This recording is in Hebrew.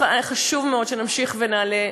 חשוב מאוד שנמשיך ונעלה,